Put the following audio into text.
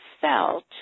felt